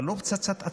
אבל לא פצצת אטום.